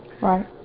Right